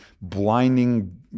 blinding